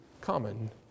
common